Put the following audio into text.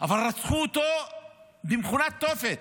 אבל רצחו אותו במכונית תופת.